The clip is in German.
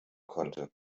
konnte